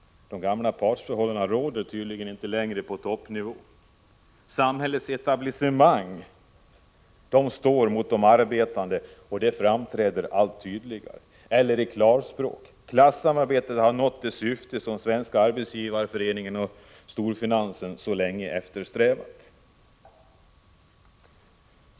De gamla partsförhållandena råder tydligen inte längre på toppnivå. Samhällets etablissemang står mot de arbetande, det framträder allt tydligare. Eller i klarspråk: Klassamarbetet har nått det syfte som Svenska Arbetsgivareföreningen och storfinansen så länge eftersträvat.